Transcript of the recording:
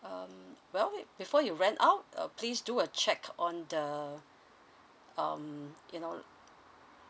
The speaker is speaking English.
um well it before you went out uh please do a check on the um you know